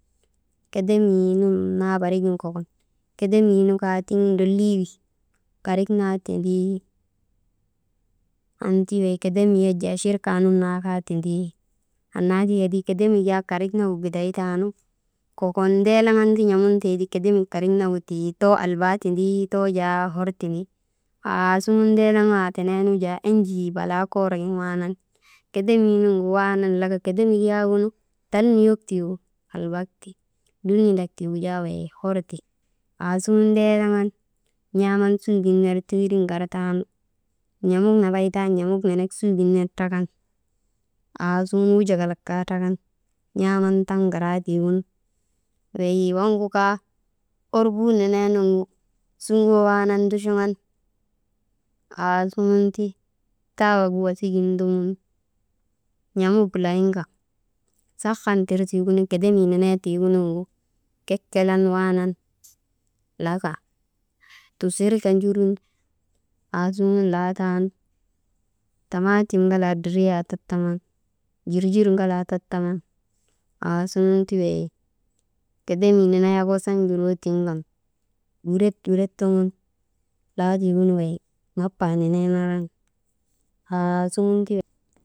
Kedemii nun naa barigin kokon, kedemii nu kaa tiŋ lolii wi, karik naa tindii, annti wey yak jaa chirkaa nun naa kaa tindii, annaa tika kedemik yak karik nagu giday taanu, kokon ndeeleŋan ti n̰amun tee ti kedemik karik nagu, tii too albaa tindii, too jaa hor tindi, aasuŋun ndeeleŋaa tenen jaa enjii balaa korogin waanan, kedemii nungu waanan laka kedemik yak tal niyok tii gu albak ti, lul ninbak tiigu jaa wey horti, aansuŋun ndeeleŋan suugin ner n̰aaman tiŋir gartaanu n̰amuk nambak tan yamuk nenek suugin ner trakan, aasuŋun wujakalak kaa trakan, n̰aaman taŋ garaatiigunu wey waŋgu kaa orbuu neneenuŋgu suŋoo waanan nduchuŋan, aasuŋun ti taawagu wasigin ndoŋun, n̰amuk layin ka sahan tir tiigunu kedemii nenee tiigunuŋgu keklean waanan, laka tusirka jurun aaasuŋun laa taanu tamaatim ŋalaa dridriyaa tattaman jir jir ŋalaa tattaman, aasuŋun ti wey kedemii nenee yak wasan juroo tinŋkan wiret, wiret, assuŋun wey, laatiŋunu wey mapaa nennee waanan asugun wey